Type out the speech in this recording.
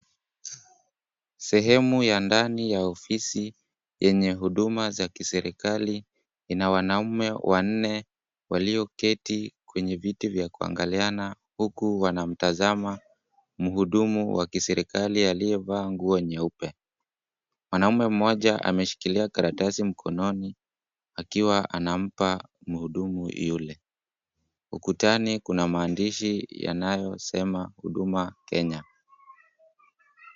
Sehemu ya ndani ya ofisi yenye huduma za kiserikali ina wanaume wanne walioketi kwenye viti vya kuangaliana huku wanamtazama mhudumu wa kiserikali aliyevaa nguo nyeupe. Mwanamme mmoja ameshikilia karatasi mkononi akiwa anampa mhudumu yule. Ukutani kuna maandishi yanayosema Huduma Kenya.